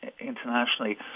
internationally